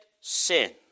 sin